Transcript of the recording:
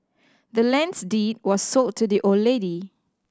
the land's deed was sold to the old lady